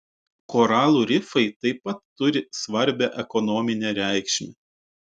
koralų rifai taip pat turi svarbią ekonominę reikšmę